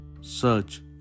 Search